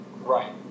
Right